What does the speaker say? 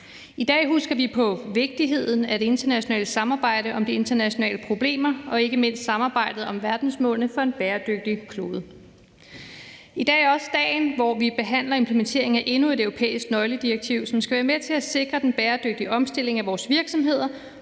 I dag husker vi på vigtigheden af det internationale samarbejde om de internationale problemer og ikke mindst samarbejdet om verdensmålene for en bæredygtig klode. I dag er også dagen, hvor vi behandler implementeringen af endnu en europæisk nøgleforordning, som skal være med til at sikre den bæredygtige omstilling af vores virksomheder